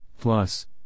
Plus